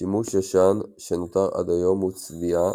שימוש ישן שנותר עד היום הוא "צביעה"